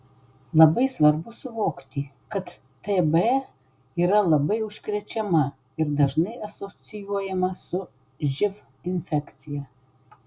labai svarbu suvokti kad tb yra labai užkrečiama ir dažnai asocijuojama su živ infekcija